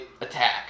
attack